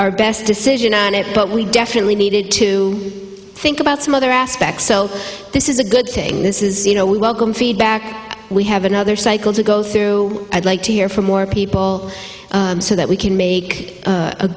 best decision but we definitely needed to think about some other aspects this is a good thing this is you know we welcome feedback we have another cycle to go through i'd like to hear from more people so that we can make